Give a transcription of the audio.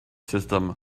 system